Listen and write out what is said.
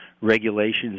regulations